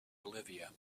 bolivia